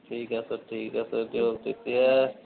ঠিক আছে ঠিক আছে দিয়ক তেতিয়া